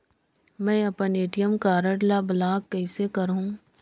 मै अपन ATM card ल ब्लाक कइसे करहूं?